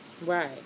Right